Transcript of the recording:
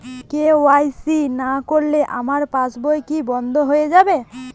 KYC না করলে আমার পাশ বই কি বন্ধ হয়ে যাবে?